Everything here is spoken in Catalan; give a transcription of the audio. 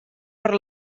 per